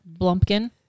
Blumpkin